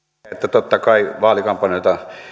totta kai että vaalikampanjoita